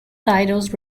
titles